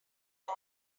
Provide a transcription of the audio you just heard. all